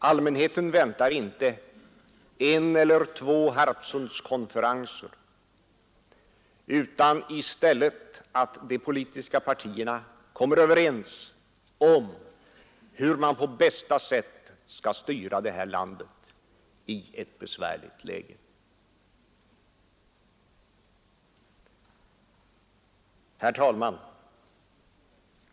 Allmänheten väntar inte en eller två Harpsundskonferenser utan i stället att de politiska partierna kommer överens om hur man på bästa sätt skall styra det här landet i ett besvärligt läge. Herr talman!